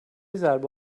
ضربه